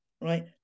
right